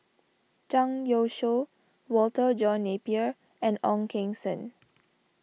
Zhang Youshuo Walter John Napier and Ong Keng Sen